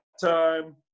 time